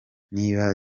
niba